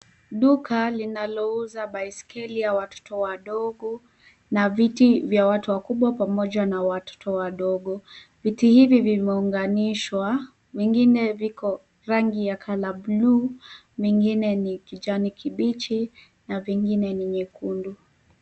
Duka linalouza baiskeli ya watoto wadogo, na viti vya watu wakubwa pamoja na watoto wadogo. Viti hivi vimeunganishwa, vingine viko rangi ya colour blue , mingine ni kijani kibichi na vingine ni nyekundu.